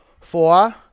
Four